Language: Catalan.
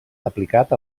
aplicat